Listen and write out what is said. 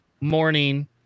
morning